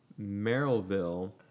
Merrillville